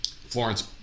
Florence